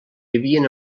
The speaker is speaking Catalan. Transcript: vivien